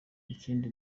ikindi